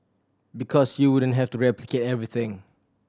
because you wouldn't have to replicate everything